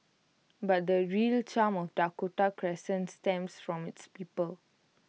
but the real charm of Dakota Crescent stems from its people